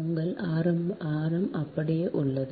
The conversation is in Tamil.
உங்கள் ஆரம் அப்படியே உள்ளது